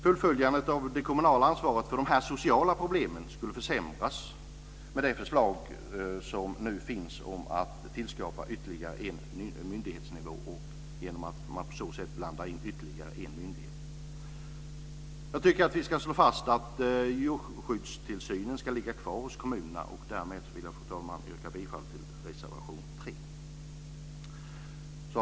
Fullföljandet av det kommunala ansvaret för dessa sociala problem skulle försämras om man genomför förslaget om att tillskapa ytterligare en myndighetsnivå och därmed blanda in ytterligare en myndighet. Jag tycker att vi ska slå fast att djurskyddstillsynen ska ligga kvar hos kommunerna. Därmed, fru talman, yrkar jag bifall till reservation 3.